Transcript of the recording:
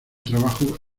trabajo